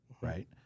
Right